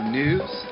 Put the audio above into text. news